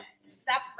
separate